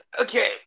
Okay